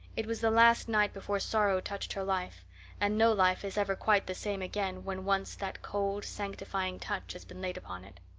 it was the last night before sorrow touched her life and no life is ever quite the same again when once that cold, sanctifying touch has been laid upon it.